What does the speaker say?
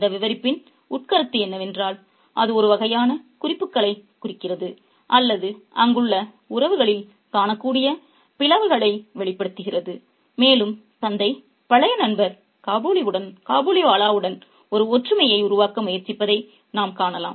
இந்த விவரிப்பின் உட்கருத்து என்னவென்றால் அது ஒரு வகையான குறிப்புகளைக் குறிக்கிறது அல்லது அங்குள்ள உறவுகளில் காணக்கூடிய பிளவுகளை வெளிப்படுத்துகிறது மேலும் தந்தை பழைய நண்பர் காபூலிவாலாவுடன் ஒரு ஒற்றுமையை உருவாக்க முயற்சிப்பதை நாம் காணலாம்